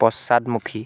পশ্চাদমুখী